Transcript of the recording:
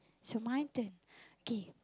it's my turn kay